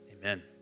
Amen